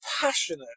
passionate